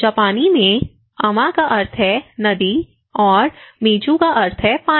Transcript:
जापानी में अमा का अर्थ है नदी और मिज़ू का अर्थ है पानी